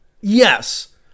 yes